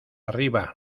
arriba